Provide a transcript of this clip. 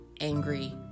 angry